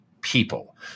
people